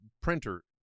printer